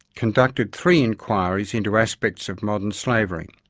conducted three inquiries into aspects of modern slavery.